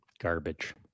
garbage